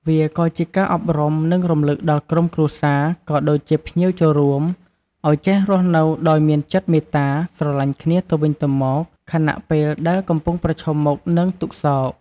វាក៏ជាការអប់រំ និងរំលឹកដល់ក្រុមគ្រួសារ ក៏ដូចជាភ្ញៀវចូលរួម ឲ្យចេះរស់នៅដោយមានចិត្តមេត្តា ស្រឡាញ់គ្នាទៅវិញទៅមក ខណៈពេលដែលកំពុងប្រឈមមុខនឹងទុក្ខសោក។